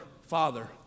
father